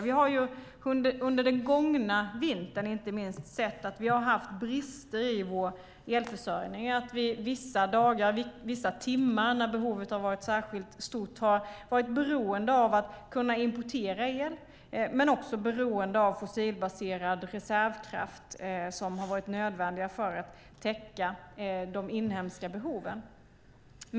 Vi har inte minst under den gångna vintern sett att vi har haft brister i vår elförsörjning. Vissa dagar och vissa timmar när behovet har varit särskilt stort har vi varit beroende av att kunna importera el. Men vi har också varit beroende av fossilbaserad reservkraft som har varit nödvändig för att täcka de inhemska behoven.